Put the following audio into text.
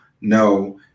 No